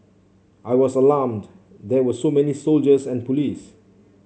I was alarmed there were so many soldiers and police